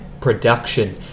production